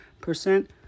percent